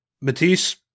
Matisse